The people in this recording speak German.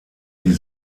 die